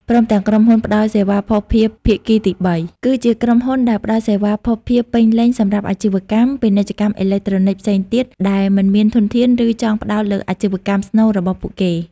ព្រមទាំងក្រុមហ៊ុនផ្តល់សេវាភស្តុភារភាគីទីបី គឺជាក្រុមហ៊ុនដែលផ្តល់សេវាភស្តុភារពេញលេញសម្រាប់អាជីវកម្ម ពាណិជ្ជកម្មអេឡិចត្រូនិកផ្សេងទៀត ដែលមិនមានធនធាន ឬចង់ផ្តោតលើអាជីវកម្មស្នូលរបស់ពួកគេ។